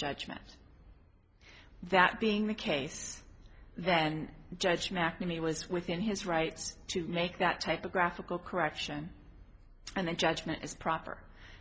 judgment that being the case then judge mcnamee was within his rights to make that typographical correction and the judgment is proper